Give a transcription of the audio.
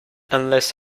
unless